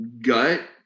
gut